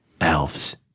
Elves